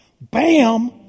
bam